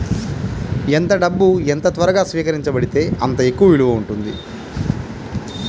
ఎంత డబ్బు ఎంత త్వరగా స్వీకరించబడితే అంత ఎక్కువ విలువ ఉంటుంది